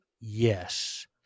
Yes